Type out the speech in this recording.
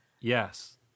Yes